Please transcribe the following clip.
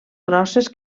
grosses